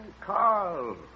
Carl